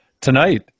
Tonight